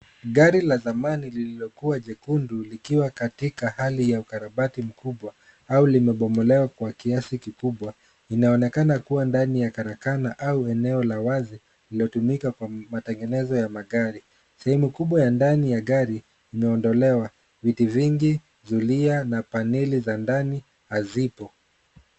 Gari la zamani lililokuwa jekundu likiwa jatika hali ya ukarabati mkubwa au limebomolewa kwa kiasi kikubwa. Inaonakana kuwa ndani ya karakana au eneo lawazi lilotumika kwa matangenezo ya magari. Sahemu kubwa ya ndani ya gari imeondolewa viti vingi, zulia na paneli za ndani hazipo.